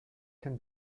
can